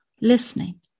listening